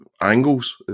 angles